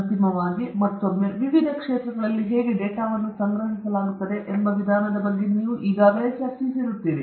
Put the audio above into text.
ಅಂತಿಮವಾಗಿ ಮತ್ತೊಮ್ಮೆ ವಿವಿಧ ಶಿಸ್ತುಗಳಲ್ಲಿ ಹೇಗೆ ಡೇಟಾವನ್ನು ಸಂಗ್ರಹಿಸಲಾಗುತ್ತದೆ ಎಂಬ ವಿಧಾನದ ಬಗ್ಗೆ ನೀವು ಚರ್ಚಿಸುತ್ತೀರಿ